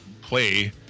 play